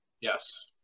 yes